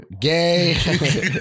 Gay